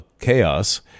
chaos